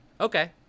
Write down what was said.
okay